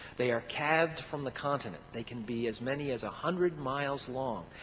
they are cabbed from the continent, they can be as many as a hundred miles long.